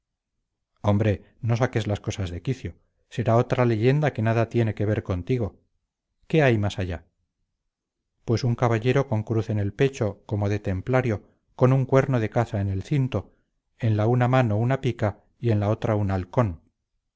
hombre no saques las cosas de quicio será otra leyenda que nada tiene que ver contigo qué hay más allá pues un caballero con cruz en el pecho como de templario con un cuerno de caza en el cinto en la una mano una pica y en la otra un halcón